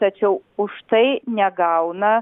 tačiau už tai negauna